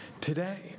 today